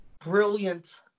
Brilliant